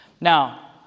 Now